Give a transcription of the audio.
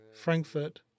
Frankfurt